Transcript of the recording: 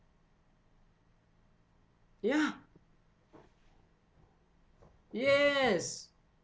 ya yes